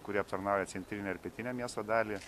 kuri aptarnauja centrinę ir pietinę miesto dalį